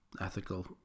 ethical